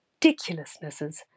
ridiculousnesses